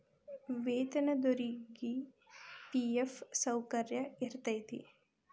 ವೇತನದೊರಿಗಿ ಫಿ.ಎಫ್ ಸೌಕರ್ಯ ಇರತೈತಿ